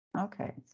Okay